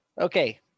Okay